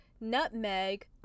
nutmeg